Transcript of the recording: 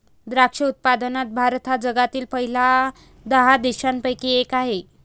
द्राक्ष उत्पादनात भारत हा जगातील पहिल्या दहा देशांपैकी एक आहे